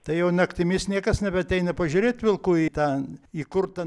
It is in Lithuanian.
tai jau naktimis niekas nebeateina pažiūrėt vilkų į tą įkurtą